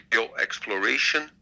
exploration